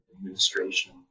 administration